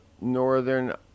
Northern